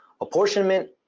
apportionment